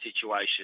situation